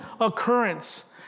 occurrence